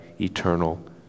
eternal